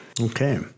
Okay